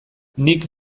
nik